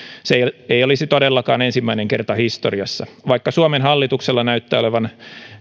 se ei olisi todellakaan ensimmäinen kerta historiassa vaikka suomen hallituksella näyttää olevan